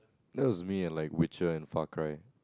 that was me and like Witcher and Far-Cry